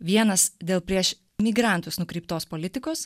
vienas dėl prieš migrantus nukreiptos politikos